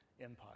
empire